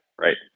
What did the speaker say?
Right